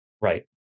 Right